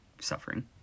suffering